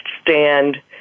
stand